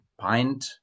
pint